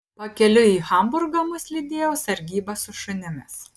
pakeliui į hamburgą mus lydėjo sargyba su šunimis